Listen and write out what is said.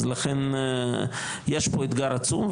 אז לכן יש פה אתגר עצום,